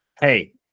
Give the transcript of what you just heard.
Hey